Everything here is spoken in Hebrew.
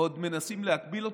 עוד מנסים להגביל אותו,